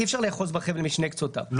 אי אפשר לאחוז בחבל משני קצותיו,